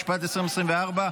התשפ"ג 2023,